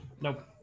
Nope